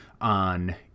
on